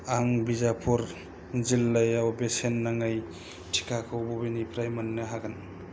आं बिजापुर जिल्लायाव बेसेन नाङै टिकाखौ बबेनिफ्राय मोननो हागोन